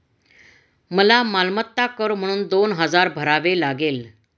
मला मालमत्ता कर म्हणून दोन हजार भरावे लागले